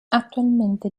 attualmente